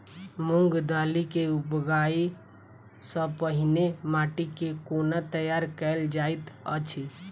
मूंग दालि केँ उगबाई सँ पहिने माटि केँ कोना तैयार कैल जाइत अछि?